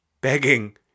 begging